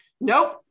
nope